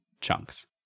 chunks